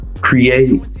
create